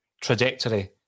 trajectory